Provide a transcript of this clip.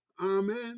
Amen